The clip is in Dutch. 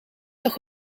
toch